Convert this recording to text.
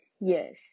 Yes